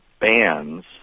bands